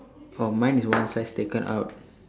oh mine is one slice taken out